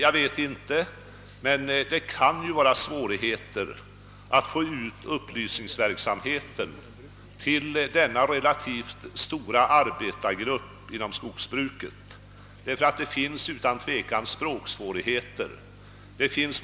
Det kan möjligen bero på svårigheterna att nå ut med upplysningsverksamheten till denna relativt stora arbetargrupp inom skogsbruket på deras eget språk. Sådana språksvårigheter föreligger utan tvivel.